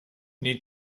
need